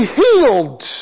healed